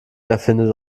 erfinde